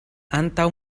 antaŭ